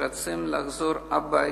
שרוצים לחזור הביתה.